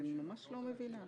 אני ממש לא מבינה.